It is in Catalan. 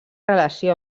relació